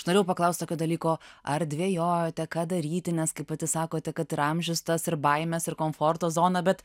aš norėjau paklausti tokio dalyko ar dvejojote ką daryti nes kaip pati sakote kad ir amžius tas ir baimes ir komforto zoną bet